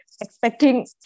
expecting